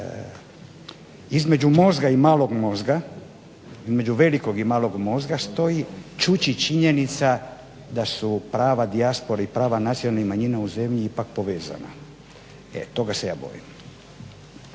između velikog i malog mozga stoji, čuči činjenica da su prava dijaspore i prava nacionalnih manjina u zemlji ipak povezana. Toga se ja bojim.